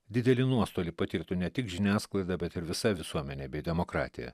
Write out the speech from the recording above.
didelį nuostolį patirtų ne tik žiniasklaida bet ir visa visuomenė bei demokratija